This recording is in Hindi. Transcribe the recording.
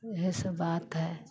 यह सब बात है